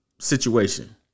situation